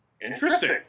Interesting